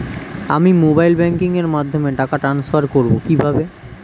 আমি mobile banking এর মাধ্যমে টাকা টান্সফার করব কিভাবে?